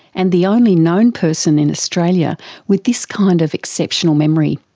and the only known person in australia with this kind of exceptional memory.